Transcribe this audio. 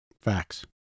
Facts